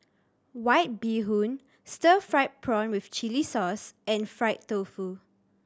White Bee Hoon stir fried prawn with chili sauce and fried tofu